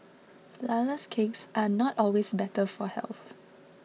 Flourless Cakes are not always better for health